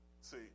See